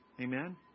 Amen